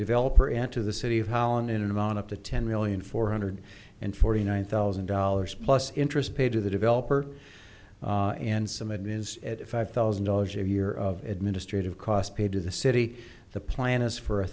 developer and to the city of holland in an amount up to ten million four hundred and forty nine thousand dollars plus interest paid to the developer and some of it is at five thousand dollars a year of administrative cost paid to the city the plan is for a